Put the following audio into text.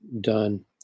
done